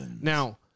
now